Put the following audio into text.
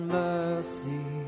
mercy